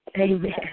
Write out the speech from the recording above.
Amen